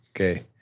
okay